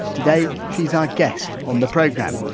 today she's our guest on the programme,